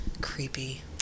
Creepy